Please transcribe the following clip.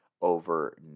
Over